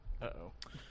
Uh-oh